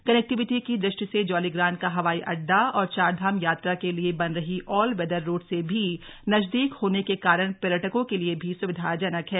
connectivity की ृष्टि से जौलीग्रांट का हवाईअड्डा और चारधाम यात्रा के लिए बन रही ऑलवेदर रोड से भी नजदीक होने के कारण पर्यटकों के लिए भी सुविधाजनक है